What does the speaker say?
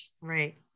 Right